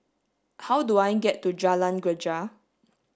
how do I get to Jalan Greja